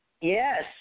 Yes